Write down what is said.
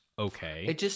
Okay